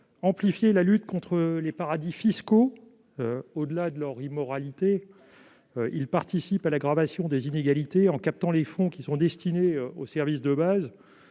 amplifier la lutte contre les paradis fiscaux, qui, au-delà de leur immoralité, participent à l'aggravation des inégalités en captant les fonds destinés aux services de base.